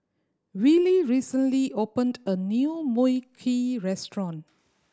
Willy recently opened a new Mui Kee restaurant